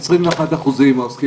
אנחנו מבינים